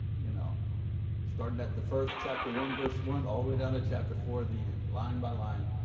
you know starting at the first chapter one, verse one, all the way down to chapter four, the end. line by line.